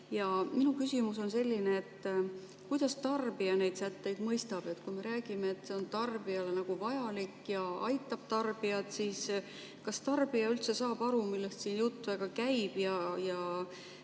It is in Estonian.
Minu küsimus ongi, kuidas tarbija neid sätteid mõistab. Me räägime, et see on tarbijale vajalik ja aitab tarbijad, aga kas tarbija üldse saab aru, millest siin jutt käib?